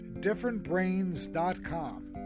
differentbrains.com